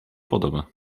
podoba